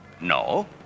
No